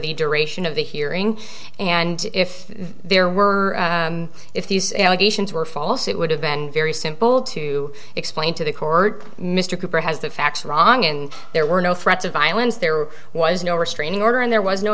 the duration of the hearing and if there were if these allegations were false it would have been very simple to explain to the court mr cooper has the facts wrong and there were no threats of violence there was no restraining order and there was no